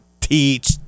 teach